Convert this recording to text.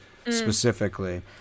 specifically